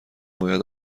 باید